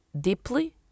deeply